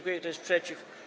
Kto jest przeciw?